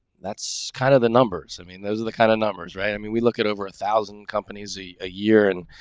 that's kind of the numbers. i mean, those are the kind of numbers, right? i mean, we look it over one thousand companies a ah year, and,